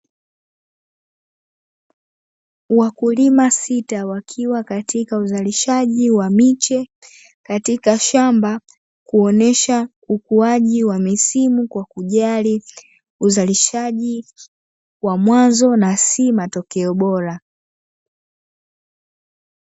Wakulima sita wakiwa katika uzalishaji wa miche, katika shamba kuonesha ukuaji wa misimu kwa kujali uzalishaji wa mwanzo na si matokeo bora.